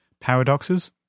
paradoxes